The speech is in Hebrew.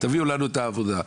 תביאו לנו את העבודה.